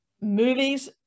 movies